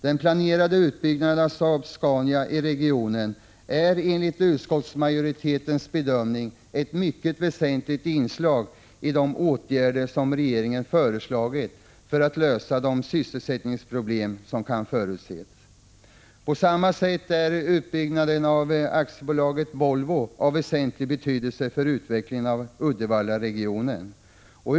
Den planerade utbyggnaden av Saab-Scania i regionen är enligt utskottsmajoritetens bedömning ett mycket väsentligt inslag i det åtgärdspaket som regeringen föreslagit för att lösa de sysselsättningsproblem som kan förutses. På samma sätt är utbyggnaden av AB Volvo av väsentlig betydelse för utvecklingen av Uddevallaregionen.